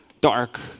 dark